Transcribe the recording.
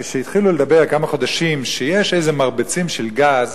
כשהתחילו לדבר לפני כמה חודשים על כך שיש איזה מרבצים של גז,